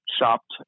shopped